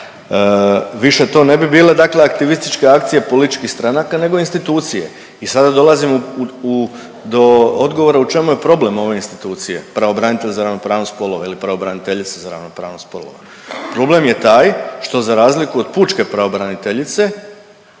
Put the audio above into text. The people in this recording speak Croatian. više to ne bi bile dakle aktivističke akcije političkih stranaka nego institucije. I sada dolazimo do odgovora u čemu je problem ove institucije pravobranitelj za ravnopravnost spolova ili pravobraniteljica za ravnopravnost spolova. Problem je taj što za razliku od pučke pravobraniteljice